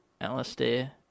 Alistair